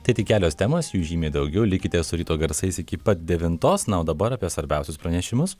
tai tik kelios temos jų žymiai daugiau likite su ryto garsais iki pat devintos na o dabar apie svarbiausius pranešimus